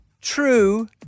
True